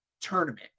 tournament